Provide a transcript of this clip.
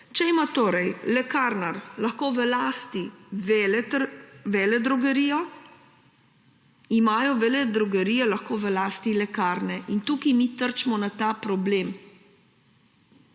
Če ima torej lekarnar lahko v lasti veledrogerijo, imajo veledrogerije lahko v lasti lekarne. Tukaj mi trčimo ob ta problem.